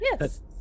yes